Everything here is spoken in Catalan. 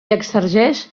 exerceix